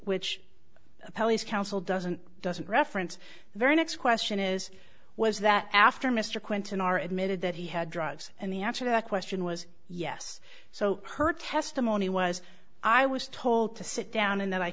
police counsel doesn't doesn't reference very next question is was that after mr clinton are admitted that he had drugs and the answer to that question was yes so her testimony was i was told to sit down and that i